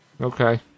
Okay